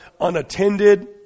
unattended